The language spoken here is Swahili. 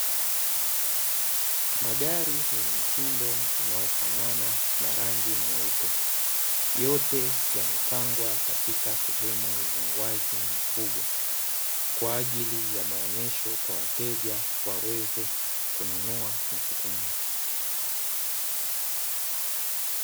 Magari yenye mitindo inayofanana na rangi nyeupe yote yamepangwa katika sehemu yenye uwazi mkubwa. Kwa ajili ya maonyesho kwa wateja waweze kununua na kutumia.